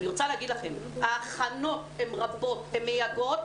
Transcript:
אני רוצה להגיד לכם שההכנות הן רבות, הן מייגעות.